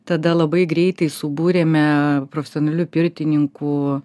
tada labai greitai subūrėme profesionalių pirtininkų